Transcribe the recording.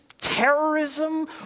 terrorism